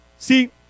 See